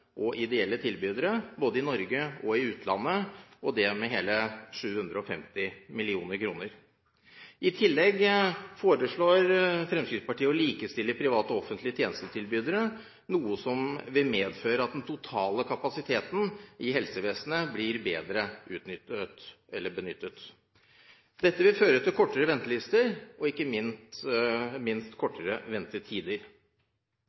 og ideelle tilbydere – både i Norge og i utlandet, og det med hele 750 mill. kr. I tillegg foreslår Fremskrittspartiet å likestille private og offentlige tjenestetilbydere, noe som vil medføre at den totale kapasiteten i helsevesenet blir bedre utnyttet. Dette vil føre til kortere ventelister og ikke minst